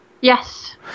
Yes